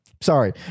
sorry